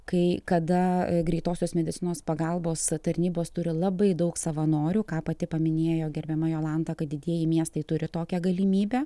kai kada greitosios medicinos pagalbos tarnybos turi labai daug savanorių ką pati paminėjo gerbiama jolanta kad didieji miestai turi tokią galimybę